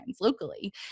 locally